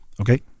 Okay